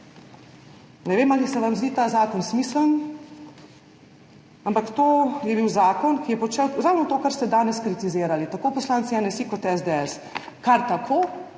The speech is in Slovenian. Ne vem, ali se vam zdi ta zakon smiseln, ampak to je bil zakon, ki je počel ravno to, kar ste danes kritizirali tako poslanci NSi kot SDS. Takratna